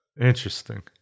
Interesting